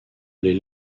les